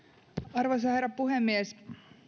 arvoisa herra puhemies